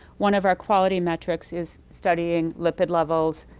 one of our quality metrics is studying lipid levels,